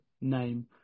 name